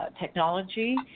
technology